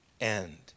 end